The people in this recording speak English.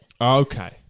Okay